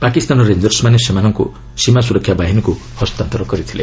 ପାକିସ୍ତାନ ରେଞ୍ଜର୍ସମାନେ ସେମାନଙ୍କୁ ସୀମା ସୁରକ୍ଷା ବାହିନୀକୁ ହସ୍ତାନ୍ତର କରିଥିଲେ